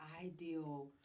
ideal